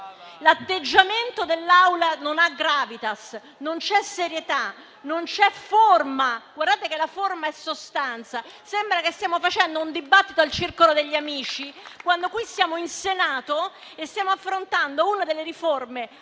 L'atteggiamento dell'Assemblea non ha *gravitas*, non c'è serietà, non c'è forma e badate bene, la forma è sostanza. Sembra che stiamo facendo un dibattito al circolo degli amici, quando qui siamo in Senato e stiamo affrontando una delle riforme